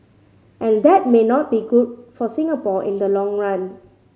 and that may not be good for Singapore in the long run